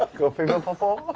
gofibepo?